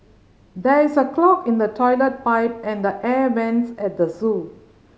there is a clog in the toilet pipe and the air vents at the zoo